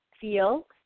feel